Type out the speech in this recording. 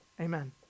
amen